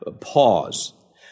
pause